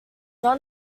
not